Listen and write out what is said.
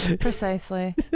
precisely